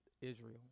Israel